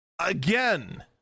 again